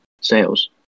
sales